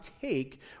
take